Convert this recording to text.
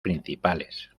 principales